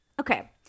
Okay